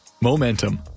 Momentum